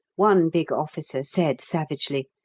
one big officer said savagely,